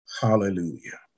Hallelujah